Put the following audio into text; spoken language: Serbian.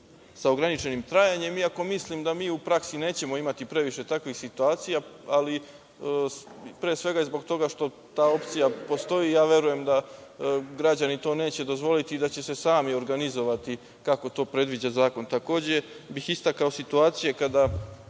sa ograničenim trajanjem iako mislim da mi u praksi nećemo imati previše takvih situacija, ali pre svega zbog toga što ta opcija postoji i verujem da građani to neće dozvoliti i da će se sami organizovati kako to predviđa zakon. Takođe, bih istakao situacije kada